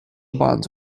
bonds